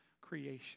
creation